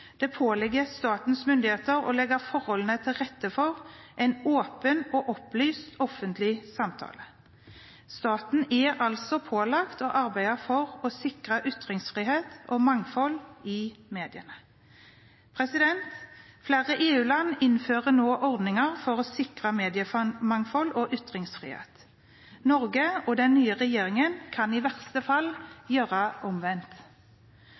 påligger statens myndigheter å legge forholdene til rette for en åpen og opplyst offentlig samtale.» Staten er altså pålagt å arbeide for å sikre ytringsfrihet og mangfold i mediene. Flere EU-land innfører nå ordninger for å sikre mediemangfold og ytringsfrihet. Norge og den nye regjeringen kan i verste